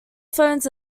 phones